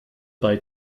bei